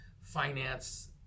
finance